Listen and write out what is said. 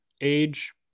age